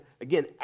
again